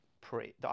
pre